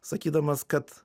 sakydamas kad